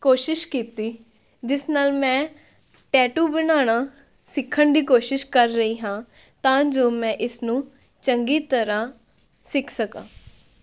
ਕੋਸ਼ਿਸ਼ ਕੀਤੀ ਜਿਸ ਨਾਲ ਮੈਂ ਟੈਟੂ ਬਣਾਉਣਾ ਸਿੱਖਣ ਦੀ ਕੋਸ਼ਿਸ਼ ਕਰ ਰਹੀ ਹਾਂ ਤਾਂ ਜੋ ਮੈਂ ਇਸਨੂੰ ਚੰਗੀ ਤਰ੍ਹਾਂ ਸਿੱਖ ਸਕਾਂ